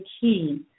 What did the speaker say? key